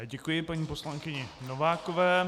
Děkuji paní poslankyni Novákové.